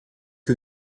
que